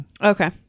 Okay